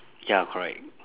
ya correct